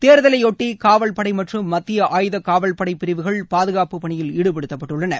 தேர்தலையொட்டி காவல்படை மற்றும் மத்திய ஆயுத காவல்படை பிரிவுகள் பாதுகாப்பு பணியில் ஈடுபட்டுத்தப்பட்டுள்ளன